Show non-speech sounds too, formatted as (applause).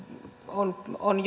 on on (unintelligible)